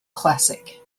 classic